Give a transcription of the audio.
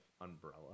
umbrella